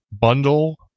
bundle